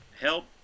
help